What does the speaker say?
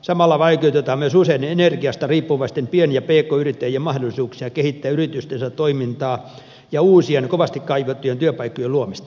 samalla vaikeutetaan myös useiden energiasta riippuvaisten pien ja pk yrittäjien mahdollisuuksia kehittää yritystensä toimintaa ja uusien kovasti kaivattujen työpaikkojen luomista